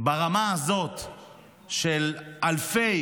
ברמה הזאת של אלפי